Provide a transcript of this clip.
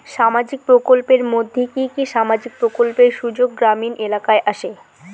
সামাজিক প্রকল্পের মধ্যে কি কি সামাজিক প্রকল্পের সুযোগ গ্রামীণ এলাকায় আসে?